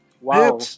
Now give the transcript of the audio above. Wow